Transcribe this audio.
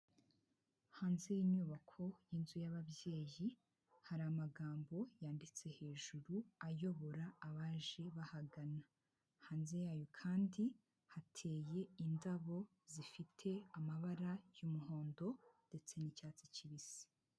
Hanze y'inyubako y'inzu y'ababyeyi, hari amagambo yanditse hejuru ayobora abaje bahagana, hanze yayo kandi hateye indabo zifite amabara y'umuhondo ndetse n'icyatsi kibisi.